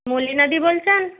মলিনাদি বলছেন